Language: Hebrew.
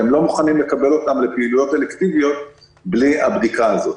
בתי החולים לא מוכנים לקבל אותם לפעילויות אלקטיביות בלי הבדיקה הזאת.